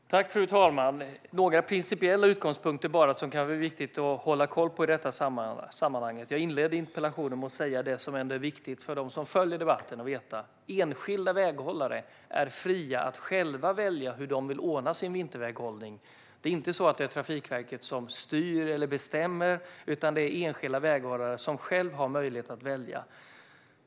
Fru talman! Jag ska ta upp några principiella utgångspunkter som kan vara viktiga att hålla koll på i detta sammanhang. Jag inledde interpellationssvaret med att ta upp det som ändå är viktigt för dem som följer debatten att veta. Enskilda väghållare är fria att själva välja hur de vill anordna sin vinterväghållning. Det är inte Trafikverket som styr eller bestämmer, utan det är enskilda väghållare som själva har möjlighet att välja.